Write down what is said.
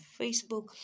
Facebook